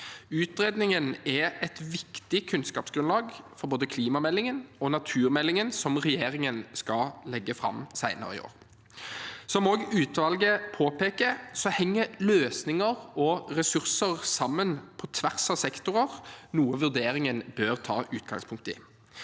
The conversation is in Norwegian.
Utredningen er et viktig kunnskapsgrunnlag for både klimameldingen og naturmeldingen regjeringen skal legge fram senere i år. Som også utvalget påpeker, henger løsninger og ressurser sammen på tvers av sektorer, noe vurderingen bør ta utgangspunkt i.